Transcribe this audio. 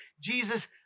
Jesus